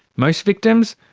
most victims,